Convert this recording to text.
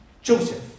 Joseph